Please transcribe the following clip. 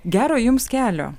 gero jums kelio